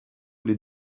les